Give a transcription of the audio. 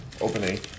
opening